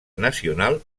nacional